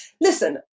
Listen